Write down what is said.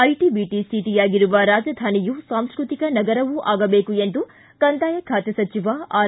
IT BT ಸಿಟಿಯಾಗಿರುವ ರಾಜಧಾನಿಯು ಸಾಂಸ್ವತಿಕ ನಗರವೂ ಆಗಬೇಕು ಎಂದು ಕಂದಾಯ ಖಾತೆ ಸಚಿವ ಆರ್